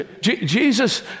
Jesus